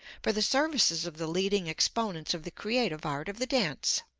for the services of the leading exponents of the creative art of the dance.